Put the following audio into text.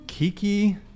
Kiki